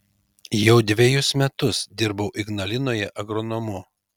jau dvejus metus dirbau ignalinoje agronomu